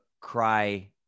cry